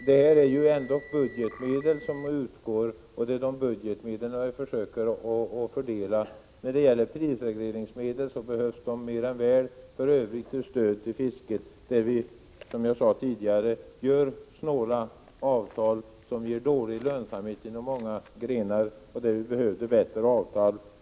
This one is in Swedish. Det är ändock budgetmedel som utgår, och det är dessa budgetmedel vi försöker fördela. När det gäller prisregleringsmedlen så behövs de för övrigt mer än väl för stöd till fisket. Som jag sade tidigare görs det snåla avtal som leder till dålig lönsamhet inom många grenar av fisket. Vi skulle behöva bättre avtal.